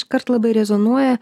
iškart labai rezonuoja